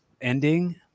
ending